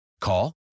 Call